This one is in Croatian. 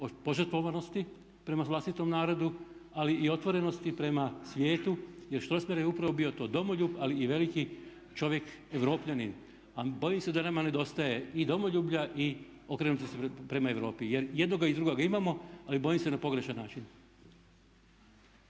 požrtvovanosti prema vlastitom narodu ali i otvorenosti prema svijetu. Jer Strossmayer je upravo bio to, domoljub ali i veliki čovjek europljanin. A bojim se da nama nedostaje i domoljublja i okrenuti se prema Europi. Jer i jednoga i drugoga imamo ali bojim se na pogrešan način.